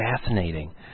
fascinating